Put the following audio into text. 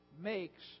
makes